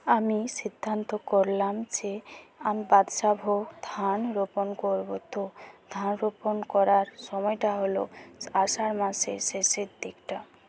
আমি সিদ্ধান্ত করলাম যে আমি বাদশাভোগ ধান রোপণ করব তো ধান রোপণ করার সময়টা হল আষাঢ় মাসের শেষের দিকটা